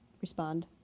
respond